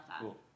Cool